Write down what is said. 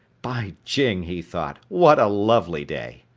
by jing, he thought, what a lovely day!